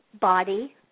body